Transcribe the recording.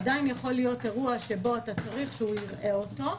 עדיין יכול להיות אירוע שבו אתה צריך שהוא יראה אותו.